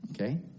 Okay